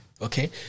Okay